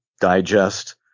digest